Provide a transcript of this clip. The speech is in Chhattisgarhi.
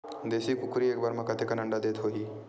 देशी कुकरी एक बार म कतेकन अंडा देत होही?